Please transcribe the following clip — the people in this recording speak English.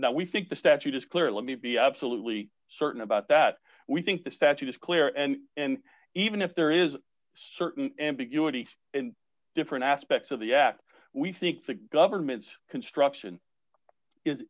that we think the statute is clear let me be absolutely certain about that we think the statute is clear and and even if there is certain and big unity and different aspects of the act we think the government's construction is